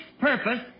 purpose